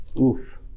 Oof